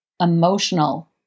emotional